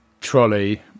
trolley